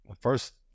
First